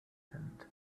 opened